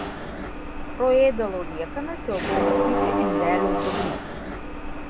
pro ėdalo liekanas jau buvo matyti indelio dugnas